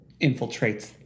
infiltrates